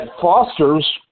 fosters